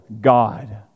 God